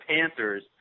Panthers